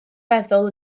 feddwl